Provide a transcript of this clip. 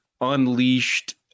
unleashed